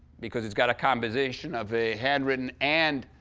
because it's got a composition of a handwritten and